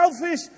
selfish